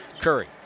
Curry